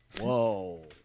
Whoa